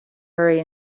hurry